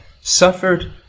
suffered